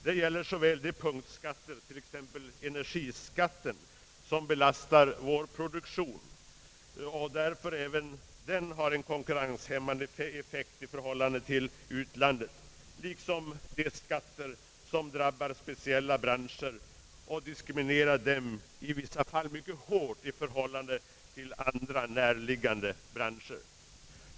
Det gäller såväl de punktskatter, t.ex. energiskatten som belastar vår produktion och vilken även den har en konkurrenshämmande effekt i förhållande till utlandet, som de skatter vilka drabbar speciella branscher och diskriminerar dem i vissa fall mycket hårt i förhållande till andra närliggande branscher.